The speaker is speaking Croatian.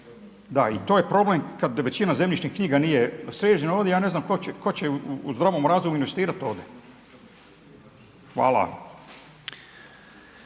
Da i to je problem kad većina zemljišnih knjiga nije sređena ovdje. Ja ne znam tko će u zdravom razumu investirati ovdje. Hvala.